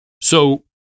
So-